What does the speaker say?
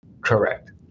Correct